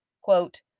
quote